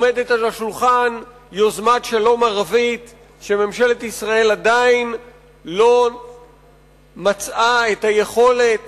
מונחת על השולחן יוזמת שלום ערבית שממשלת ישראל עדיין לא מצאה את היכולת